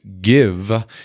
give